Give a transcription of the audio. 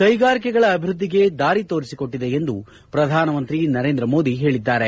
ಕೈಗಾರಿಕೆಗಳ ಅಭಿವ್ಯದ್ಲಿಗೆ ದಾರಿತೋರಿಸಿಕೊಟ್ಟದೆ ಎಂದು ಪ್ರಧಾನಮಂತ್ರಿ ನರೇಂದ್ರ ಮೋದಿ ಹೇಳಿದ್ಗಾರೆ